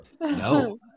No